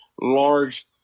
large